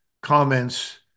comments